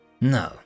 No